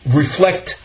reflect